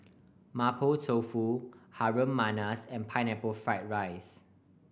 Mapo Tofu Harum Manis and Pineapple Fried rice